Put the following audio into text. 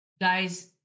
Guys